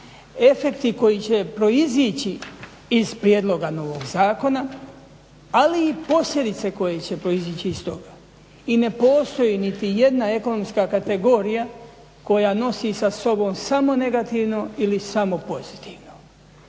efekti koji će proizići iz prijedloga novog zakona, ali i posljedice koje će proizići iz toga. I ne postoji niti jedna ekonomska kategorija koja nosi sa sobom samo negativno ili samo pozitivno.